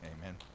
Amen